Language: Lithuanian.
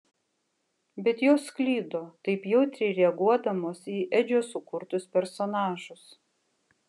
bet jos klydo taip jautriai reaguodamos į edžio sukurtus personažus